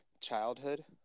childhood